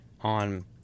on